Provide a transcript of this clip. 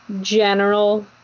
general